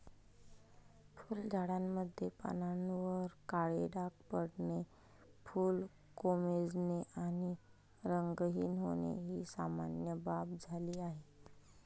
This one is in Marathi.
फुलझाडांमध्ये पानांवर काळे डाग पडणे, फुले कोमेजणे आणि रंगहीन होणे ही सामान्य बाब झाली आहे